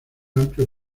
amplio